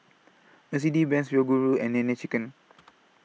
Mercedes Benz Yoguru and Nene Chicken